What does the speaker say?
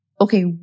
okay